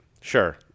Sure